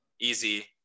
Easy